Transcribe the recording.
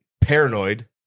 Paranoid